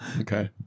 Okay